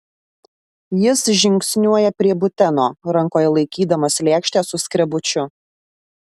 jis žingsniuoja prie buteno rankoje laikydamas lėkštę su skrebučiu